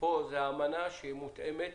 פה זה אמנה שהיא מותאמת